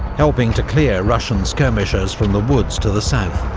helping to clear russian skirmishers from the woods to the south.